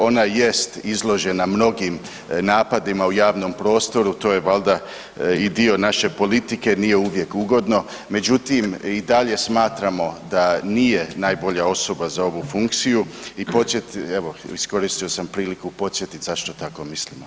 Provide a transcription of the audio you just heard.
Ona jest izložena mnogim napadima u javnom prostoru, to je valjda i dio naše politike jer nije uvijek ugodno, međutim i dalje smatramo da nije najbolja osoba za ovu funkciju i evo iskoristio sam priliku podsjetit zašto tako mislimo.